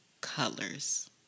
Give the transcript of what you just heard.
Colors